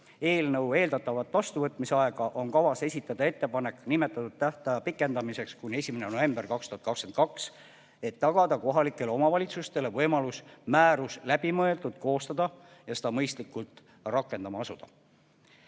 eelnõu eeldatavat vastuvõtmise aega, on kavas esitada ettepanek seda tähtaega pikendada kuni 1. novembrini 2022, et tagada kohalikele omavalitsustele võimalus määrus läbimõeldult koostada ja seda mõistlikult rakendama asuda.